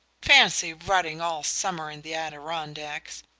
fancy rotting all summer in the adirondacks!